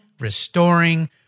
restoring